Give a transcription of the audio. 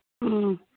ꯎꯝ